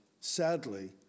sadly